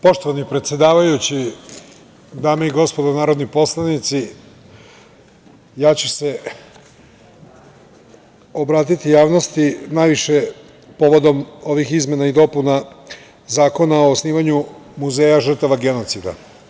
Poštovani predsedavajući, dame i gospodo narodni poslanici, ja ću se obratiti javnosti najviše povodom ovih izmena i dopuna Zakona o osnivanju Muzeja žrtava genocida.